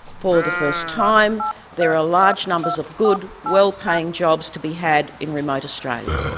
for the first time there are large numbers of good, well paying jobs to be had in remote australia.